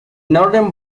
northern